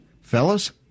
Fellas